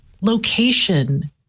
location